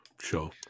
Sure